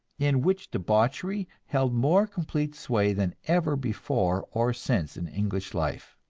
in which debauchery held more complete sway than ever before or since in english life.